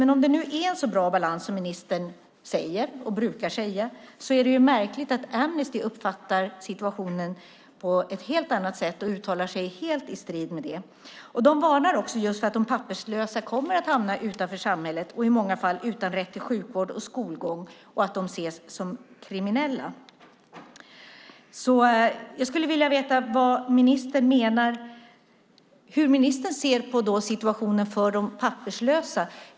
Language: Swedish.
Men om det nu är en så bra balans som ministern säger och brukar säga är det märkligt att Amnesty uppfattar situationen på ett helt annat sätt och uttalar sig helt i strid med det. De varnar för att de papperslösa kommer att hamna utanför samhället, i många fall utan rätt till sjukvård och skolgång, och att de ses som kriminella. Jag skulle vilja veta hur ministern ser på situationen för de papperslösa.